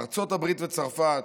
ארצות הברית וצרפת